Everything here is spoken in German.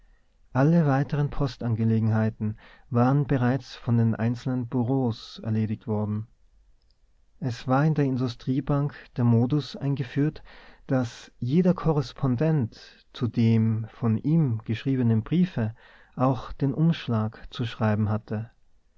alle weiteren postangelegenheiten waren bereits von den einzelnen bureaus erledigt worden es war in der industriebank der modus eingeführt daß jeder korrespondent zu dem von ihm geschriebenen briefe auch den umschlag zu schreiben hatte